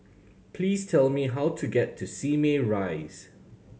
please tell me how to get to Simei Rise